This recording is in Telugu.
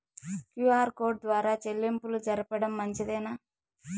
క్యు.ఆర్ కోడ్ ద్వారా చెల్లింపులు జరపడం మంచిదేనా?